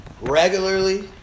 regularly